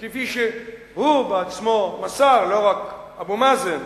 כפי שהוא בעצמו מסר, לא רק אבו מאזן,